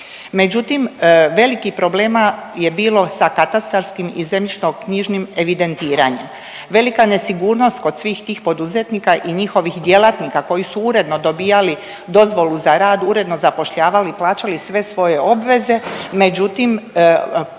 Međutim, velikih problema je bilo sa katastarskim i zemljišno-knjižnim evidentiranjem. Velika nesigurnost kod svih tih poduzetnika i njihovih djelatnika koji su uredno dobijali dozvolu za rad, uredno zapošljavali, plaćali sve svoje obveze. Međutim, pitanje